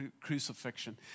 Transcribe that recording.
crucifixion